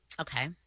Okay